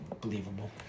believable